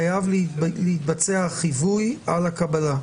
חייב להתבצע חיווי על הקבלה.